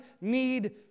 need